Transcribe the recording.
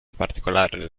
particolare